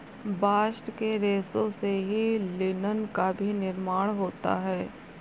bast के रेशों से ही लिनन का भी निर्माण होता है